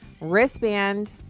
wristband